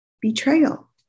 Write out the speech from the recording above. betrayal